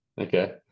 okay